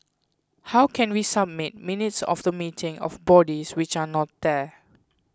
how can we submit minutes of the meeting of bodies which are not there